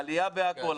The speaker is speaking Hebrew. העלייה בכול,